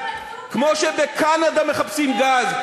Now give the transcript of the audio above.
כמו שבקנדה מחפשים גז,